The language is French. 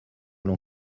l’on